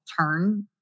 turn